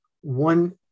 one